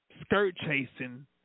skirt-chasing